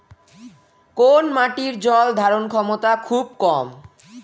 কোন মাটির জল ধারণ ক্ষমতা খুব কম?